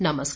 नमस्कार